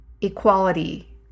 equality